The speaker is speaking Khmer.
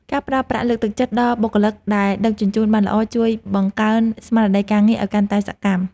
ការផ្តល់ប្រាក់លើកទឹកចិត្តដល់បុគ្គលិកដែលដឹកជញ្ជូនបានល្អជួយបង្កើនស្មារតីការងារឱ្យកាន់តែសកម្ម។